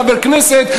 חבר כנסת,